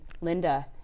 Linda